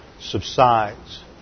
subsides